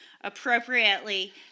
appropriately